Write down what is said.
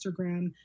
Instagram